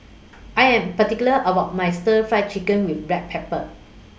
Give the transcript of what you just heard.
I Am particular about My Stir Fry Chicken with Black Pepper